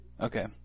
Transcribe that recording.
Okay